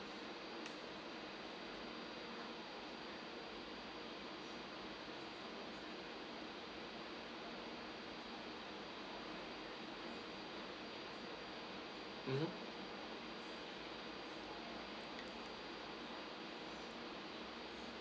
mmhmm